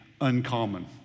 uncommon